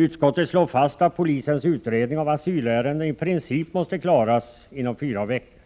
Utskottet slår fast att polisens utredningar av asylärenden i princip måste klaras inom fyra veckor.